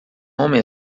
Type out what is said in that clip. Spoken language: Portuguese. homem